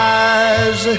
eyes